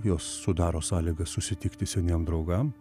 jos sudaro sąlygas susitikti seniem draugam